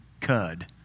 cud